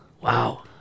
Wow